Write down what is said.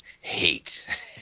hate